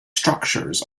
structures